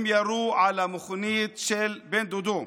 הם ירו על המכונית של בן דודו,